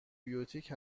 بیوتیک